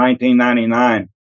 1999